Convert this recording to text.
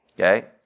okay